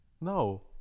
No